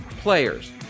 players